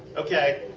ok.